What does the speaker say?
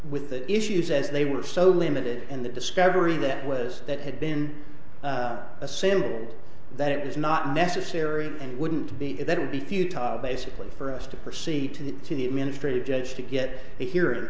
with the issues as they were so limited and the discovery that was that had been assembled that it was not necessary and wouldn't be that would be futile basically for us to proceed to the to the administrative judge to get a hearing and